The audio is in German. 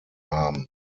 haben